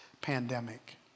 pandemic